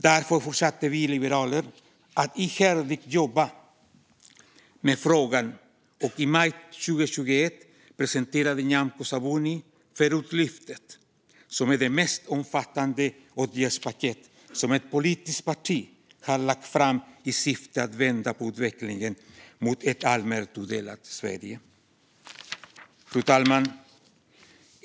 Därför fortsatte vi liberaler att ihärdigt jobba med frågan, och i maj 2021 presenterade Nyamko Sabuni Förortslyftet , som är det mest omfattande åtgärdspaket som ett politiskt parti har lagt fram i syfte att vända utvecklingen mot ett alltmer tudelat Sverige. Fru talman!